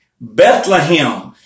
Bethlehem